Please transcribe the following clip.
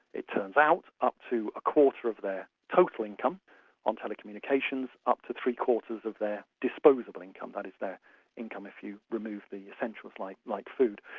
it turns out, up to a quarter of their total income on telecommunications, up to three-quarters of their disposable income that is, their income if you remove the essentials like like food.